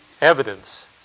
evidence